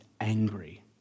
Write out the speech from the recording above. angry